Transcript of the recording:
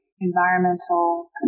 environmental